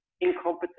incompetent